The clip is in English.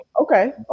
Okay